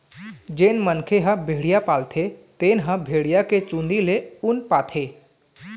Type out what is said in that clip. जेन मनखे ह भेड़िया पालथे तेन ह भेड़िया के चूंदी ले ऊन पाथे